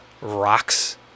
rocks